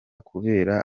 kubera